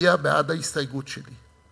הצביעה בעד ההסתייגות שלי,